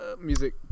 Music